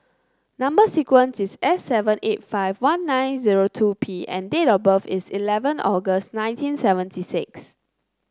number sequence is S seven eight five one nine zero two P and date of birth is eleven August nineteen seventy six